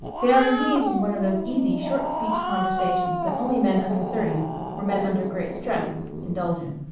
they are engaged in one of those easy short-speech conversations that only men under thirty or men under great stress indulge in.